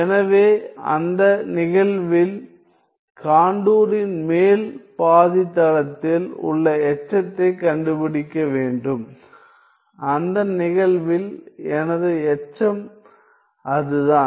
எனவே அந்த நிகழ்வில் கான்டூரின் மேல் பாதிதளத்தில் உள்ள எச்சத்தைக் கண்டுபிடிக்க வேண்டும் அந்த நிகழ்வில் எனது எச்சம் அதுதான்